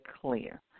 clear